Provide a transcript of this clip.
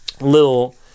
little